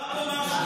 קרה פה משהו,